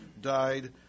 died